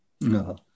No